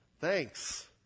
Thanks